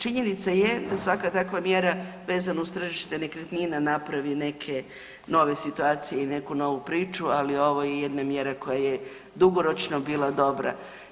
Činjenica je da svaka takva mjera vezana uz tržište nekretnina napravi neke nove situacije i neku novu priču, ali ovo je jedna mjera koja je dugoročno bila dobra.